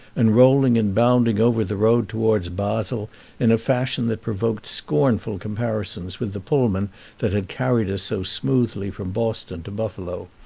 and rolling and bounding over the road towards basle in a fashion that provoked scornful comparisons with the pullman that had carried us so smoothly from boston to buffalo.